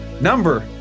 number